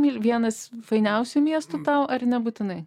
myli vienas fainiausių miestų tau ar nebūtinai